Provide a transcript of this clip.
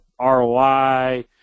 ROI